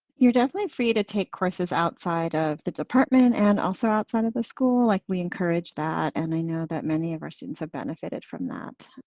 you're definitely free to take courses outside of the department and also outside of the school. like we encourage that. and i know that many of our students have benefited from that.